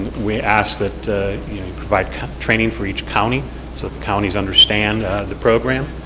we asked that he provide training for each county so the counties understand the program.